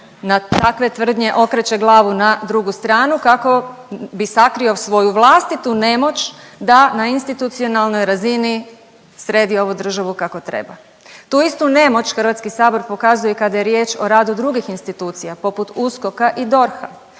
na takve tvrdnje okreće glavu na drugu stranu, kako bi sakrio svoju vlastitu nemoć da na institucionalnoj razini sredi ovu državu kako treba. Tu istu nemoć HS pokazuje kada je riječ o radu drugih institucija, poput USKOK-a i DORH-a